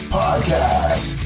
podcast